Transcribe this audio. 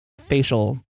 facial